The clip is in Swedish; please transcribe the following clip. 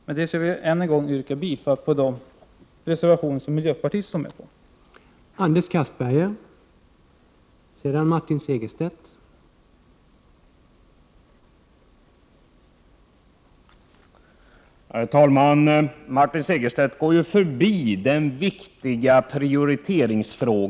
Med detta vill jag än en gång yrka bifall till de reservationer som miljöpartiet har undertecknat.